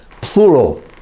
plural